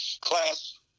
Class